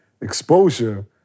exposure